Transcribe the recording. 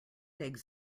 eggs